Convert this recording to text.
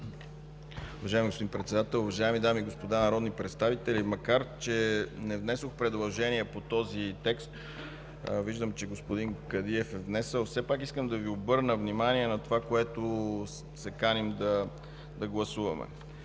Уважаеми господин Председател, уважаеми дами и господа народни представители! Макар че не внесох предложение по този текст, виждам, че господин Кадиев е внесъл. Все пак искам да обърна внимание върху това, което се каним да гласуваме.